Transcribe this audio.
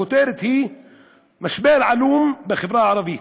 הכותרת היא "משבר עלום בחברה הערבית,